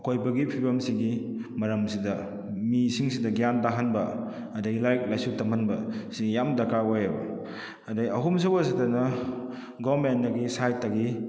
ꯑꯀꯣꯏꯕꯒꯤ ꯐꯤꯕꯝꯁꯤꯒꯤ ꯃꯔꯝꯁꯤꯗ ꯃꯤꯁꯤꯡꯁꯤꯗ ꯒ꯭ꯌꯥꯟ ꯇꯥꯍꯟꯕ ꯑꯗꯒꯤ ꯂꯥꯏꯔꯤꯛ ꯂꯥꯏꯁꯨ ꯇꯝꯍꯟꯕ ꯁꯤ ꯌꯥꯝ ꯗꯔꯀꯥꯔ ꯑꯣꯏꯑꯦꯕ ꯑꯗꯩ ꯑꯍꯨꯝ ꯁꯨꯕ ꯁꯤꯗꯅ ꯒꯣꯔꯃꯦꯟꯗꯒꯤ ꯁꯥꯏ꯭ꯗꯇꯒꯤ